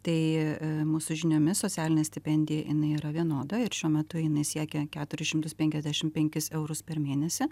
tai mūsų žiniomis socialinė stipendija jinai yra vienoda ir šiuo metu jinai siekia keturis šimtus penkiasdešim penkis eurus per mėnesį